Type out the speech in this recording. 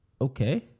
Okay